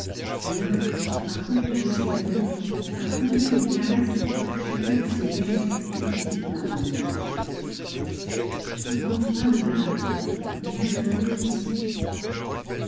alors par combien de serments par combien de caresses chacun de ces vers n'était-il pas démenti souvent femme varie bien fol qui